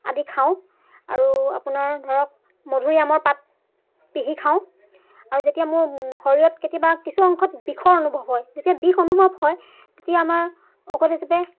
আদি খাওঁ আৰু আপোনাৰ ধৰক মধুুৰিআমৰ পাত পিহি খাওঁ আৰু যেতিয়া মোৰ শৰীৰত কেতিয়াবা কিছু অংশত বিষৰ অনুভৱ হয় যেতিয়া বিষ অনুভৱ হয় তেতিয়া আমাৰ ঔষধ হিচাপে